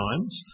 times